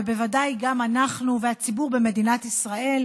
ובוודאי גם אנחנו והציבור במדינת ישראל,